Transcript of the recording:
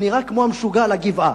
והוא נראה כמו המשוגע על הגבעה,